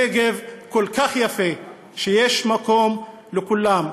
הנגב כל כך יפה, ויש מקום לכולם.